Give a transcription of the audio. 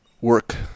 work